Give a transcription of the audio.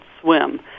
swim